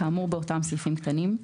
כאמור באותם סעיפים קטנים,